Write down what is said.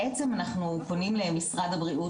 בעצם אנחנו פונים למשרד הבריאות,